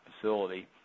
facility